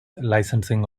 licensing